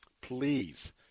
please